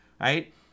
right